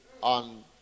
on